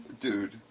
Dude